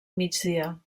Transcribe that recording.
migdia